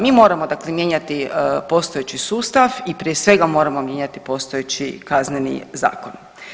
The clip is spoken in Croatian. Mi moramo dakle mijenjati postojeći sustav i prije svega moramo mijenjati postojeći Kazneni zakon.